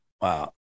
Wow